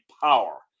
power